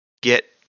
get